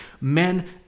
men